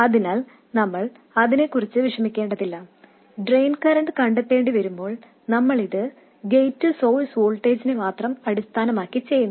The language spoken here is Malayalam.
അതിനാൽ നമ്മൾ അതിനെക്കുറിച്ച് വിഷമിക്കേണ്ടതില്ല ഡ്രെയിൻ കറന്റ് കണ്ടെത്തേണ്ടിവരുമ്പോൾ നമ്മൾ അത് ഗേറ്റ് ടു സോഴ്സ് വോൾട്ടേജിനെ മാത്രം അടിസ്ഥാനമാക്കി ചെയ്യുന്നു